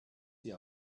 sie